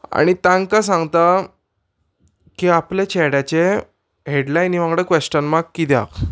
आनी तांकां सांगता की आपले चेड्याचें हेडलायनी वांगडा क्वेशन मार्क किद्याक